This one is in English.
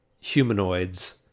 humanoids